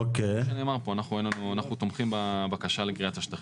אנחנו תומכים בבקשה לגריעת השטחים.